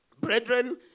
Brethren